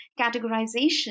categorization